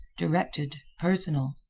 directed, personal.